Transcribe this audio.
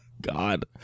God